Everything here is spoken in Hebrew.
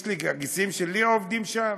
יש לי גיסים שעובדים שם?